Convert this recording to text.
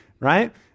right